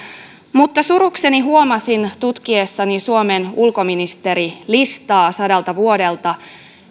mutta surukseni huomasin tutkiessani suomen ulkoministerilistaa sadalta vuodelta